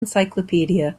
encyclopedia